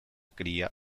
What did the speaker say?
cría